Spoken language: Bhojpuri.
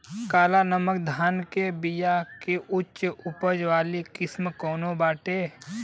काला नमक धान के बिया के उच्च उपज वाली किस्म कौनो बाटे?